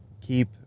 keep